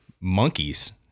monkeys